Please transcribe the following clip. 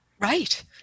Right